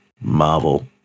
marvel